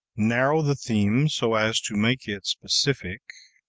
narrow the theme so as to make it specific